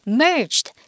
merged